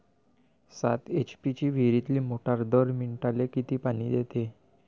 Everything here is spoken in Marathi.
सात एच.पी ची विहिरीतली मोटार दर मिनटाले किती पानी देते?